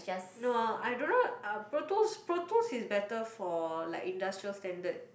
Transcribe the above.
no I don't know uh Proteus Proteus is better for like industrial standard